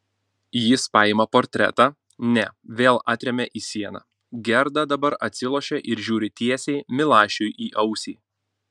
jis paima portretą ne vėl atremia į sieną gerda dabar atsilošia ir žiūri tiesiai milašiui į ausį